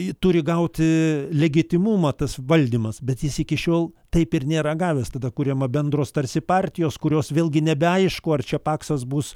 ji turi gauti legitimumą tas valdymas bet jis iki šiol taip ir nėra gavęs tada kuriama bendros tarsi partijos kurios vėlgi nebeaišku ar čia paksas bus